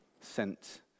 sent